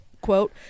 quote